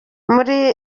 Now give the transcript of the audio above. muri